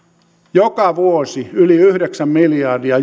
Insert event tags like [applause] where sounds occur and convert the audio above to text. joka vuosi yli yhdeksän miljardia [unintelligible]